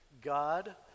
God